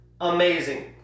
amazing